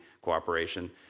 cooperation